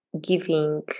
giving